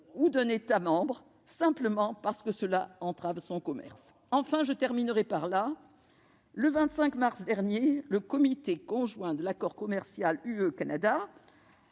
d'un État membre, simplement parce que ces règles entraveraient son commerce. Enfin- j'en terminerai par là -, le 25 mars dernier, le comité conjoint de l'accord commercial entre